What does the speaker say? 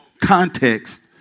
context